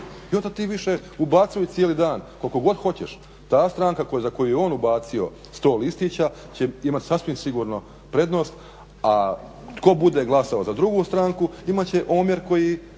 I onda ti više ubacuj cijeli dan koliko god hoćeš. Ta stranka za koju je on ubacio 100 listića će imati sasvim sigurno prednost. A tko bude glasao za drugu stranku imat će omjer koji